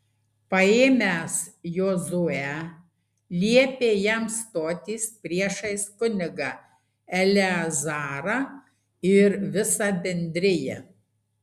paėmęs jozuę liepė jam stotis priešais kunigą eleazarą ir visą bendriją